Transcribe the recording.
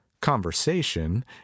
Conversation